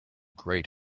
great